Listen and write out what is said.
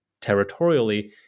territorially